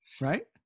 right